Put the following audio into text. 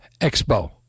Expo